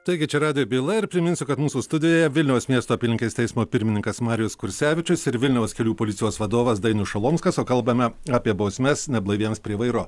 taigi čia rado byla ir priminsiu kad mūsų studijoje vilniaus miesto apylinkės teismo pirmininkas marijus kursevičius ir vilniaus kelių policijos vadovas dainius šalomskas o kalbame apie bausmes neblaiviems prie vairo